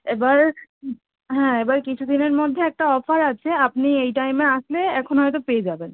এবার হ্যাঁ এবার কিছু দিনের মধ্যে একটা অফার আছে আপনি এই টাইমে আসলে এখন হয়তো পেয়ে যাবেন